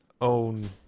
own